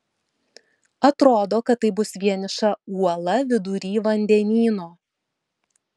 atrodo kad tai bus vieniša uola vidury vandenyno